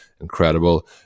incredible